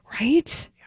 right